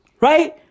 Right